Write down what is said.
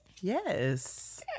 Yes